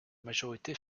majorité